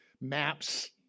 maps